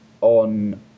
on